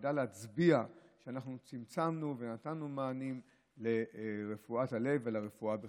ונדע להצביע שאנחנו צמצמנו ונתנו מענים ברפואת הלב וברפואה בכלל.